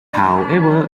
however